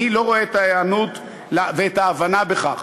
אני לא רואה את ההיענות ואת ההבנה לכך.